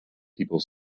people